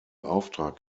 auftrag